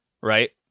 right